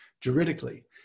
juridically